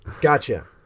Gotcha